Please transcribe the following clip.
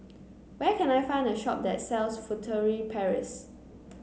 where can I find a shop that sells Furtere Paris